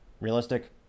Realistic